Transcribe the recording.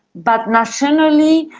but nationally,